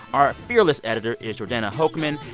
our fearless editor is jordana hochman.